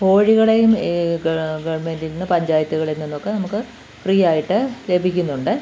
കോഴികളെയും ഗാ ഗവണ്മെൻറ്റിൽ നിന്നു പഞ്ചായത്തുകളിൽ നിന്നൊക്കെ നമുക്ക് ഫ്രീ ആയിട്ടു ലഭിക്കുന്നുണ്ട്